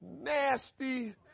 nasty